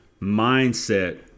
mindset